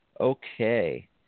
Okay